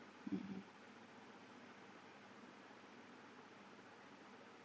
(uh huh)